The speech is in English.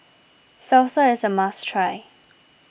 Salsa is a must try